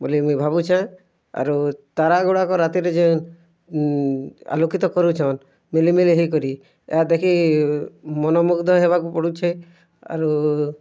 ବୋଲି ମୁଇଁ ଭାବୁଛେଁ ଆରୁ ତାରା ଗୁଡ଼ାକ ରାତିରେ ଯେନ୍ ଆଲୋକିତ କରୁଛନ୍ ଝିଲିମିଲି ହେଇକରି ଏହା ଦେଖି ମନ ମୁଗ୍ଧ ହେବାକୁ ପଡ଼ୁଛେ ଆରୁ